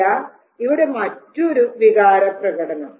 ഇതാ ഇവിടെ മറ്റൊരു വികാരപ്രകടനം